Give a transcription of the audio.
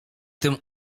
tym